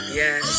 yes